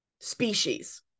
species